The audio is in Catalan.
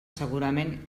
segurament